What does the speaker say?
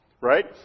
right